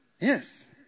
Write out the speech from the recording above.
Yes